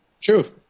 True